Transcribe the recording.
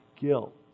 guilt